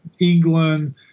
England